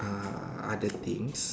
uh other things